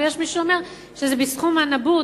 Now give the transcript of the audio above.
ויש מי שאומר שזה בזכות הנבוט,